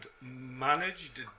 managed